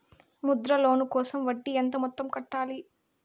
Mudra loan కోసం వడ్డీ ఎంత మొత్తం కట్టాలి